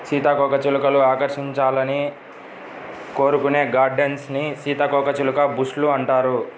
సీతాకోకచిలుకలు ఆకర్షించాలని కోరుకునే గార్డెన్స్ ని సీతాకోకచిలుక బుష్ లు అంటారు